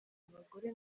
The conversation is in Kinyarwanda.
abagore